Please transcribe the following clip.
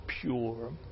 pure